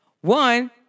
one